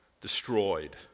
destroyed